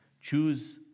Choose